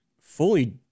fully